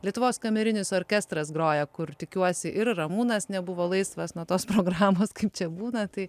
lietuvos kamerinis orkestras groja kur tikiuosi ir ramūnas nebuvo laisvas nuo tos programos kaip čia būna tai